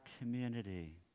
community